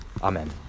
Amen